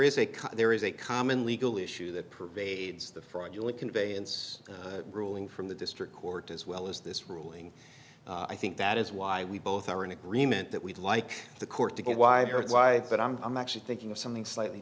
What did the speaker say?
cause there is a common legal issue that pervades the fraudulent conveyance ruling from the district court as well as this ruling i think that is why we both are in agreement that we'd like the court to get why why but i'm i'm actually thinking of something slightly